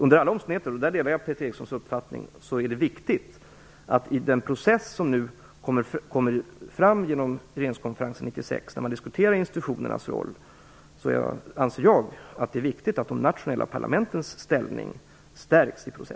Under alla omständigheter - där delar jag Peter Erikssons uppfattning - är det viktigt att de nationella parlamentens ställning stärks i den process som kommer fram genom regeringskonferensen 1996, där man skall diskutera institutionernas roll.